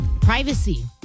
privacy